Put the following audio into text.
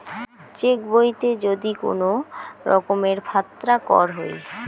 check বইতে যদি কুনো রকমের ফাত্রা কর হই